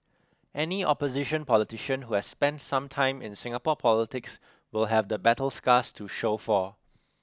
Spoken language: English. any opposition politician who has spent some time in Singapore politics will have the battle scars to show for